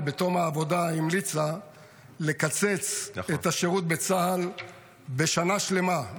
ובתום העבודה המליצה לקצץ את השירות בצה"ל בשנה שלמה,